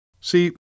See